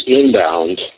inbound